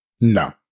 No